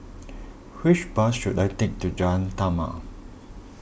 which bus should I take to Jalan Taman